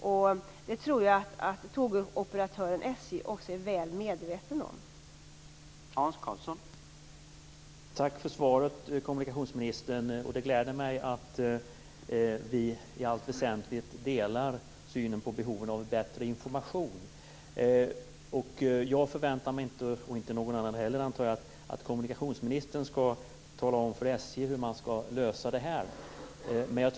Jag tror att tågoperatören SJ också är väl medveten om det.